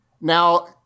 Now